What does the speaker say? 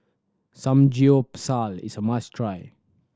samgeyopsal is a must try